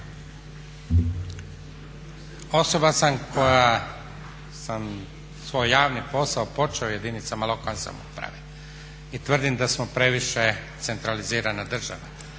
Osoba sam koja sam svoj javni posao počeo u jedinicama lokalne samouprave i tvrdim da smo previše centralizirana država